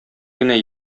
генә